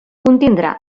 contindrà